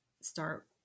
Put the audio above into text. start